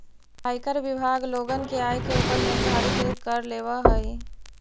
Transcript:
आयकर विभाग लोगन के आय के ऊपर निर्धारित कर लेवऽ हई